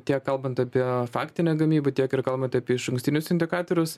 tiek kalbant apie faktinę gamybą tiek ir kalbant apie išankstinius indikatorius